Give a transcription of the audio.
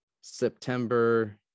September